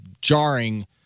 jarring